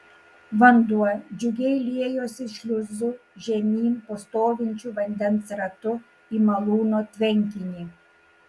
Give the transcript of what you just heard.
vanduo džiugiai liejosi šliuzu žemyn po stovinčiu vandens ratu į malūno tvenkinį